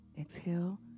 Exhale